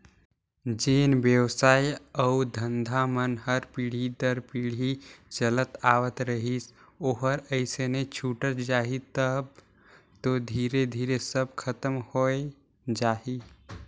जेन बेवसाय अउ धंधा मन हर पीढ़ी दर पीढ़ी चलत आवत रहिस ओहर अइसने छूटत जाही तब तो धीरे धीरे सब खतम होए जाही